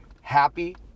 happy